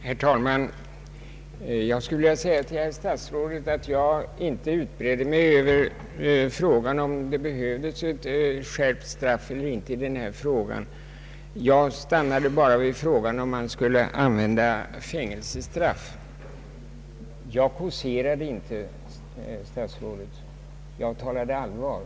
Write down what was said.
Herr talman! Till herr statsrådet vill jag säga att jag inte utbredde mig över frågan om det behövs skärpt straff eller inte; jag stannade bara vid frågan om man skulle använda fängelsestraff. Jag kåserade inte, herr statsråd, utan jag talade allvar.